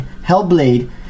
Hellblade